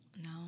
No